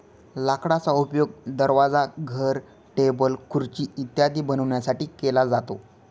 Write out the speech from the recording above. लाकडाचा उपयोग दरवाजा, घर, टेबल, खुर्ची इत्यादी बनवण्यासाठी केला जातो